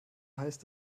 heißt